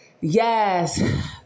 Yes